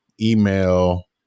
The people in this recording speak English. email